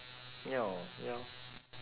ya hor ya